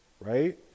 right